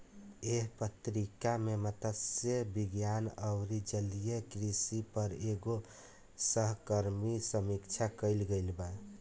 एह पत्रिका में मतस्य विज्ञान अउरी जलीय कृषि पर एगो सहकर्मी समीक्षा कईल गईल बा